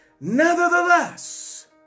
Nevertheless